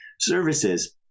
services